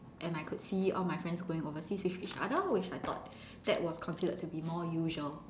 and I could see all my friends going overseas with each other which I thought that was considered to be more usual